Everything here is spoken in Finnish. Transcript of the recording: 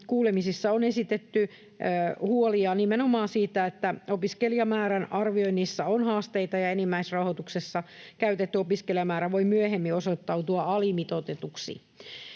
kuulemisissa on esitetty huolia nimenomaan siitä, että opiskelijamäärän arvioinnissa on haasteita ja enimmäisrahoituksessa käytetty opiskelijamäärä voi myöhemmin osoittautua alimitoitetuksi.